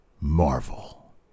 Marvel